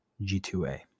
G2A